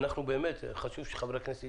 חשוב שחברי הכנסת ידעו,